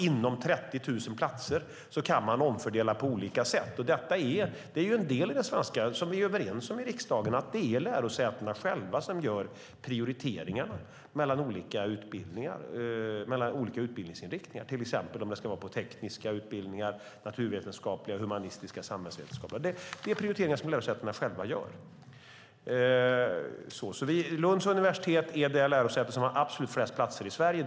Inom 30 000 platser kan man naturligtvis omfördela på olika sätt. Det är en del i det som vi är överens om i riksdagen, nämligen att det är lärosätena själva som gör prioriteringarna mellan olika utbildningsinriktningar, till exempel om de ska prioritera tekniska, naturvetenskapliga, humanistiska eller samhällsvetenskapliga utbildningar. Det är prioriteringar som lärosätena själva gör. Lunds universitet är det lärosäte som har absolut flest platser i Sverige.